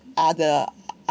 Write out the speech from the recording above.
are the are